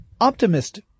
optimist